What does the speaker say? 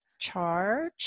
charge